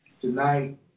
tonight